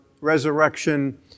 Resurrection